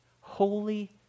holy